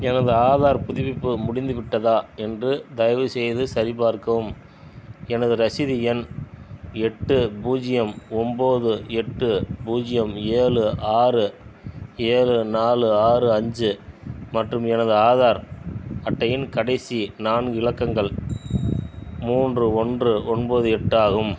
எனது ஆதார் புதுப்பிப்பு முடிந்துவிட்டதா என்று தயவுசெய்து சரிபார்க்கவும் எனது ரசீது எண் எட்டு பூஜ்ஜியம் ஒம்பது எட்டு பூஜ்ஜியம் ஏழு ஆறு ஏழு நாலு ஆறு அஞ்சு மற்றும் எனது ஆதார் அட்டையின் கடைசி நான்கு இலக்கங்கள் மூன்று ஒன்று ஒம்பது எட்டு ஆகும்